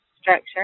structure